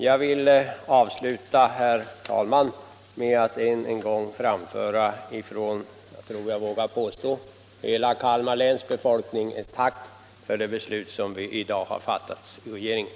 Jag vill avsluta mitt anförande, herr talman, med att än en gång från —- det tror jag att jag vågar påstå — hela Kalmar läns befolkning framföra ett tack för det beslut som har fattats i regeringen.